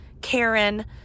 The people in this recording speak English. Karen